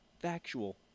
Factual